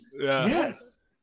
Yes